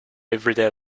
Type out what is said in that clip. everyday